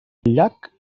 llac